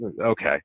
okay